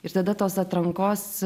ir tada tos atrankos